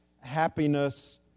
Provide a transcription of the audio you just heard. happiness